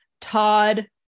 Todd